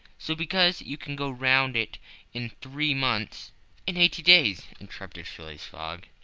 so, because you can go round it in three months in eighty days, interrupted phileas fogg.